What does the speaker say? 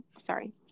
sorry